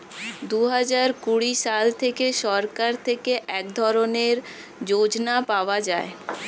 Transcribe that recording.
দুহাজার কুড়ি সাল থেকে সরকার থেকে এক ধরনের যোজনা পাওয়া যায়